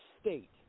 state